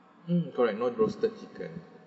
mm correct no roasted chicken